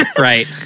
Right